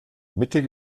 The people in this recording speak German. mittig